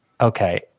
okay